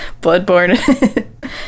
Bloodborne